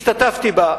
השתתפתי בה,